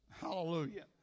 Hallelujah